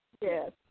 Yes